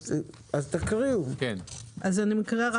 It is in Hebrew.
אני מקריאה רק את סעיף קטן (ה).